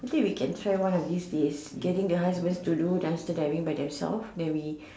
actually we can try one of these day getting the husband to do dumpster diving by themselves then we